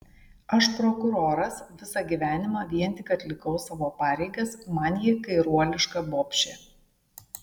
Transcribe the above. aš prokuroras visą gyvenimą vien tik atlikau savo pareigas man ji kairuoliška bobšė